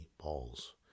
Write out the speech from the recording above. Balls